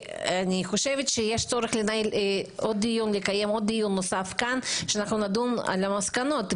אני חושבת שיש צורך לקיים דיון נוסף כאן שידון על המסקנות,